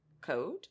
code